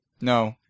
no